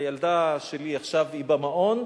הילדה שלי עכשיו היא במעון,